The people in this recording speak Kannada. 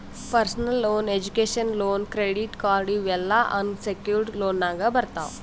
personal loan, education loan, credit card ಇವ್ ಎಲ್ಲಾ ಅನ್ ಸೆಕ್ಯೂರ್ಡ್ ಲೋನ್ನಾಗ್ ಬರ್ತಾವ್